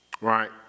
Right